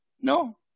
No